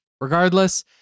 Regardless